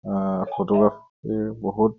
ফটোগ্ৰাফীৰ বহুত